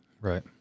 Right